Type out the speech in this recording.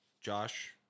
Josh